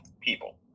people